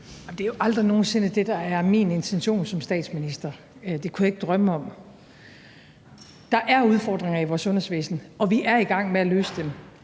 det er jo aldrig nogen sinde det, der er min intention som statsminister. Det kunne jeg ikke drømme om. Der er udfordringer i vores sundhedsvæsen, og vi er i gang med at løse dem.